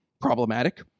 Problematic